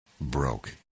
broke